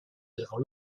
devant